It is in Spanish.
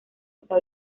está